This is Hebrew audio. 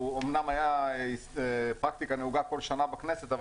הוא אמנם היה פרקטיקה נהוגה כל שנה בכנסת אבל